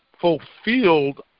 fulfilled